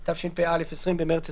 אני לא יודעת אם מאז היו עוד קנסות.